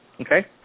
Okay